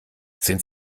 sind